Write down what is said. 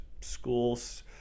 schools